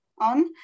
on